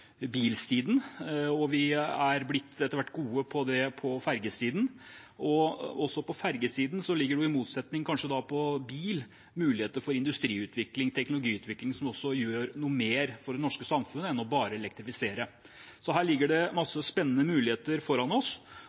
bilsiden, og vi er etter hvert blitt gode på det på ferjesiden. På ferjesiden ligger det, kanskje i motsetning til på bilsiden, muligheter for industri- og teknologiutvikling som også gjør noe mer for det norske samfunnet enn bare å elektrifisere. Her ligger det en masse spennende muligheter foran oss.